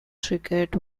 triggered